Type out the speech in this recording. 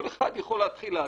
כל אחד יכול להתחיל להדריך?